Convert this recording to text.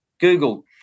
Google